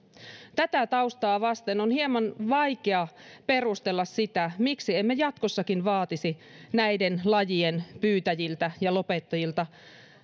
tätä taustaa vasten on hieman vaikea perustella sitä miksi emme jatkossakin vaatisi näiden lajien pyytäjiltä ja lopettajilta